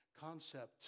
Concept